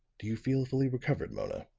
do you feel fully recovered, mona?